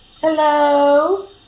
Hello